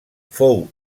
fou